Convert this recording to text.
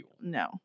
no